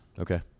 Okay